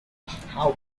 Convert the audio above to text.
how